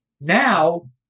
now